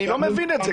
אני לא מבין את זה.